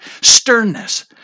sternness